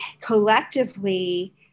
collectively